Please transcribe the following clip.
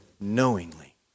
knowingly